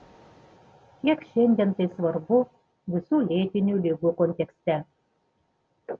kiek šiandien tai svarbu visų lėtinių ligų kontekste